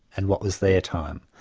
and what was their time.